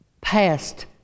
past